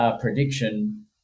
prediction